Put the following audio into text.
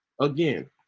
again